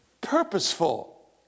purposeful